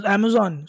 Amazon